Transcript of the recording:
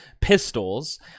pistols